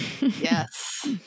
Yes